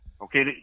Okay